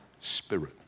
spirit